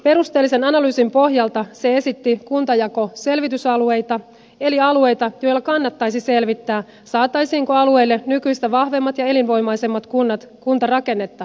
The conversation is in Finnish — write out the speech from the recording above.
perusteellisen analyysin pohjalta se esitti kuntajakoselvitysalueita eli alueita joilla kannattaisi selvittää saataisiinko alueelle nykyistä vahvemmat ja elinvoimaisemmat kunnat kuntarakennetta uudistamalla